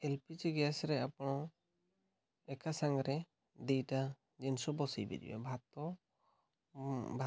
P G ଗ୍ୟାସ୍ରେ ଆପଣ ଏକା ସାଙ୍ଗରେ ଦୁଇଟା ଜିନିଷ ବସାଇ ପାରିବେ ଭାତ